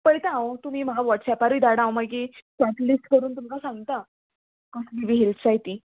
पयता हांव तुमी म्हाका वॉट्सॅपारूय धाडा हांव मागीर शॉर्टलिस्ट करून तुमकां सांगता कसली बी हिल्स जाय तीं